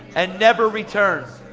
and never return.